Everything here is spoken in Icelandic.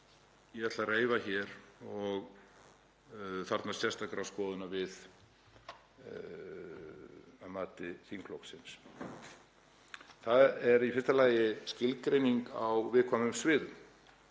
ég ætla að reifa hér og þarfnast sérstakrar skoðunar við að mati þingflokksins. Það er í fyrsta lagi skilgreining á viðkvæmum sviðum.